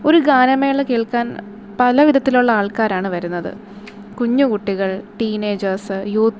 ഒരു ഗാനമേള കേള്ക്കാന് പലവിധത്തിലുള്ള ആള്ക്കാരാണ് വരുന്നത് കുഞ്ഞു കുട്ടികള് ടീനേജെര്സ് യൂത്ത്